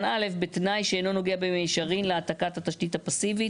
(1) בתנאי שאינו נוגע במישרין להעתקת התשתית הפסיבית".